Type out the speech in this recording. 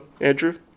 Andrew